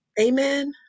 Amen